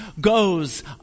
goes